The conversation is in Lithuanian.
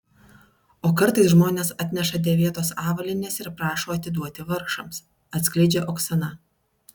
o kartais žmonės atneša dėvėtos avalynės ir prašo atiduoti vargšams atskleidžia oksana